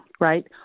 right